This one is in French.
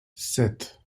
sept